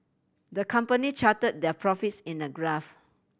the company charted their profits in a graph